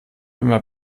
immer